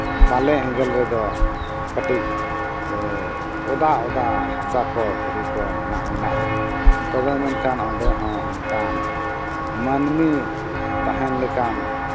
ᱵᱟᱞᱮ ᱮᱸᱜᱮᱞ ᱨᱮᱫᱚ ᱠᱟᱹᱴᱤᱡ ᱚᱫᱟᱼᱚᱫᱟ ᱦᱟᱥᱟ ᱠᱚ ᱫᱷᱤᱨᱤ ᱠᱚ ᱢᱮᱱᱟᱜ ᱢᱮᱱᱟᱜᱼᱟ ᱛᱚᱵᱮ ᱢᱮᱱᱠᱷᱟᱱ ᱚᱸᱰᱮᱦᱚᱸ ᱚᱱᱠᱟᱱ ᱢᱟᱱᱢᱤ ᱛᱟᱦᱮᱱ ᱞᱮᱠᱟᱱ